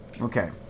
Okay